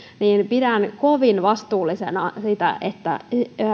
pidän kovin vastuullisena sitä että